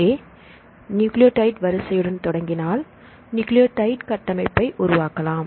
ஏ nucleotide வரிசையுடன் தொடங்கினால் nucleotide கட்டமைப்பைக் உருவாக்கலாம்